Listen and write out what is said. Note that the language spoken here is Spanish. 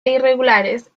irregulares